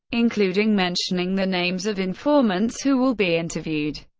including mentioning the names of informants who will be interviewed.